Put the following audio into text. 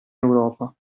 europa